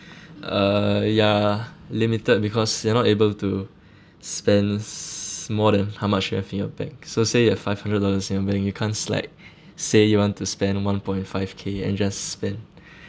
uh ya limited because you're not able to spends more than how much you have in your bank so say you have five hundred dollars in your bank you can't like say you want to spend one point five k and just spend